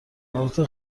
البته